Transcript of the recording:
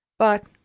but,